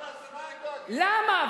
כל הזמן דואגים, למה?